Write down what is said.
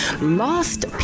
lost